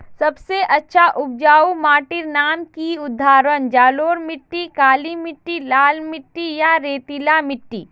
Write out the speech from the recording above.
सबसे अच्छा उपजाऊ माटिर नाम की उदाहरण जलोढ़ मिट्टी, काली मिटटी, लाल मिटटी या रेतीला मिट्टी?